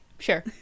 sure